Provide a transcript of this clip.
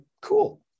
cool